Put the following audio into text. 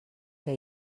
que